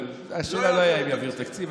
השאלה לא הייתה אם יעבירו תקציב,